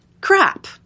Crap